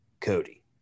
Cody